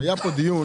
היה פה דיון